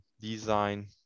design